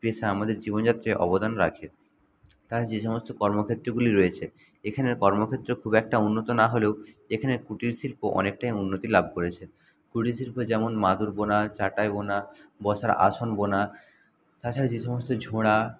পেশা আমাদের জীবনযাত্রায় অবদান রাখে তার যে সমস্ত কর্মক্ষেত্রগুলি রয়েছে এখানের কর্মক্ষেত্র খুব একটা উন্নত না হলেও এখানের কুটির শিল্প অনেকটাই উন্নতি লাব করেছে কুটির শিল্প যেমন মাদুর বোনা চাটাই বোনা বসার আসন বোনা তাছাড়া যে সমস্ত ঝোড়া